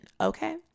Okay